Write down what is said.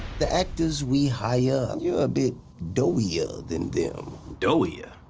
the actors we hire, you're a bit doughier than them. doughier?